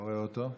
רואה אותו,